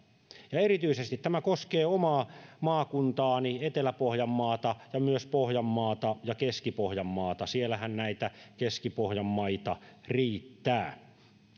ja erityisesti tämä koskee omaa maakuntaani etelä pohjanmaata ja myös pohjanmaata ja keski pohjanmaata siellähän näitä keskipohjanmaita riittää